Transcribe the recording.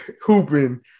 hooping